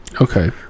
Okay